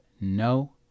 no